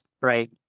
right